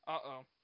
Uh-oh